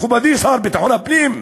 מכובדי השר לביטחון הפנים.